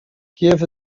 kiew